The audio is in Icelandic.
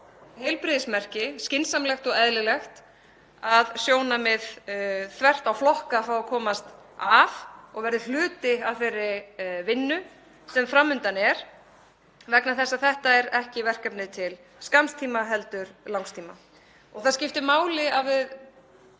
heilbrigðismerki, skynsamlegt og eðlilegt, að sjónarmið þvert á flokka fái að komast að og verði hluti af þeirri vinnu sem fram undan er vegna þess að þetta er ekki verkefni til skamms tíma heldur langs tíma. Það skiptir máli að við